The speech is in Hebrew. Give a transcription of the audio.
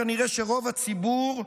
כנראה שרוב הציבור,